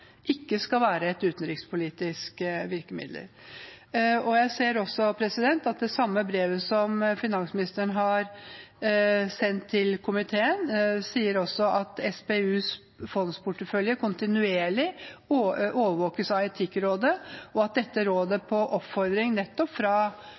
ikke skal være et utenrikspolitisk virkemiddel. Jeg ser også at det i det samme brevet som finansministeren har sendt til komiteen, også sies at SPUs fondsportefølje kontinuerlig overvåkes av Etikkrådet, at dette rådet